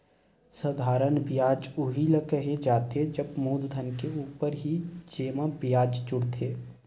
साधारन बियाज उही ल केहे जाथे जब मूलधन के ऊपर ही जेमा बियाज जुड़थे